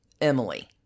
Emily